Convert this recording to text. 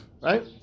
right